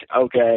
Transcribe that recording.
okay